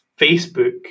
Facebook